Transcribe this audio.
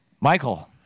Michael